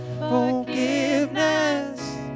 Forgiveness